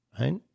right